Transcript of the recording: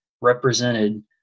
represented